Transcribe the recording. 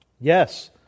yes